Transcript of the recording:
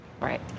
Right